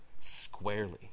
squarely